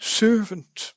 servant